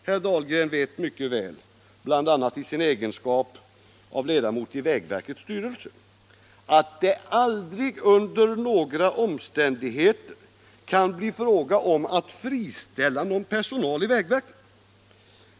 Herr Dahlgren vet mycket väl, bl.a. i sin egenskap av ledamot i vägverkets styrelse, att det aldrig under några omständigheter kan bli fråga om att friställa någon personal i vägverket.